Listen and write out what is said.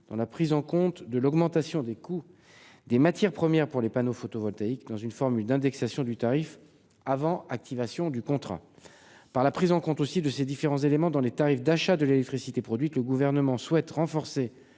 dont la prise en compte de l'augmentation des coûts des matières premières pour les panneaux photovoltaïques, dans une formule d'indexation du tarif avant activation du contrat. Par la prise en compte de ces différents éléments dans les tarifs d'achat de l'électricité produite, le Gouvernement souhaite renforcer